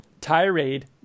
tirade